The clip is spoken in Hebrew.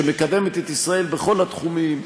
שמקדמת את ישראל בכל התחומים,